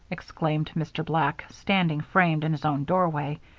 exclaimed mr. black, standing framed in his own doorway.